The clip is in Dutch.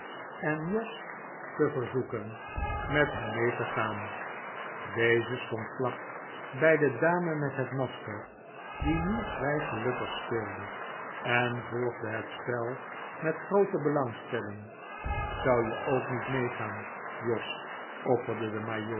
en jos te verzoeken met hem mee te gaan deze stond vlak bij de dame met het masker die nu vrij gelukkig speelde en volgde het spel met groote belangstelling zou je ook niet meegaan jos opperde de